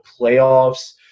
playoffs